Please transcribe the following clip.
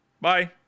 Bye